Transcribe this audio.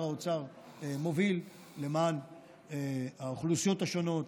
האוצר מוביל למען האוכלוסיות השונות,